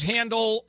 Handle